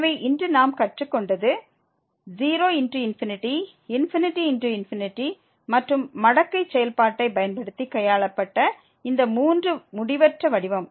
எனவே இன்று நாம் கற்றுக்கொண்டது 0×∞ ∞×∞ மற்றும் மடக்கை செயல்பாட்டைப் பயன்படுத்தி கையாளப்பட்ட இந்த மூன்று முடிவற்ற வடிவம்